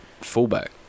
fullback